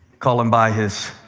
call him by his